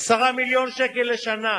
10 מיליון שקל לשנה,